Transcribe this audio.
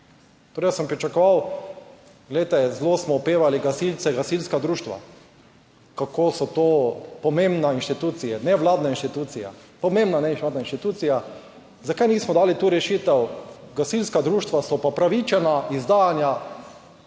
Torej, jaz sem pričakoval, glejte, zelo smo opevali gasilce, gasilska društva, kako so to pomembne institucije, nevladne, inštitucija, pomembna nevladna institucija. Zakaj nismo dali tu rešitev, gasilska društva so pa upravičena izdajanja